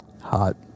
Hot